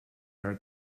are